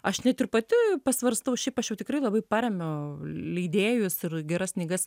aš net ir pati pasvarstau šiaip aš jau tikrai labai paremiu leidėjus ir geras knygas